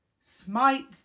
Smite